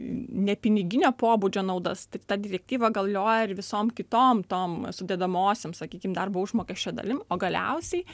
nepiniginio pobūdžio naudas tik ta direktyva galioja ir visom kitom tom sudedamosiom sakykim darbo užmokesčio dalim o galiausiai